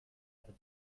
other